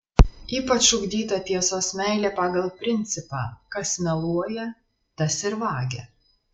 ypač ugdyta tiesos meilė pagal principą kas meluoja tas ir vagia